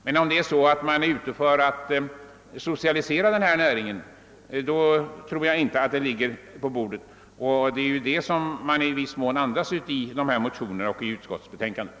Men om det är så att man är ute för att socialisera denna näring tror jag inte vi kan säga att den frågan ligger på utredningens bord, och det är ju ett sådant syfte man tycker sig ana bakom motionerna och utskottsbetänkandet.